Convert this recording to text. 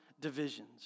Divisions